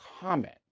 comment